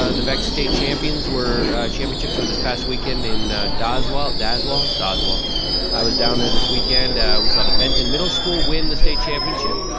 ah the vec state champions were, championships were this past weekend in daswell. daswell. i was down there this weekend. we saw the benton middle school win the state championship.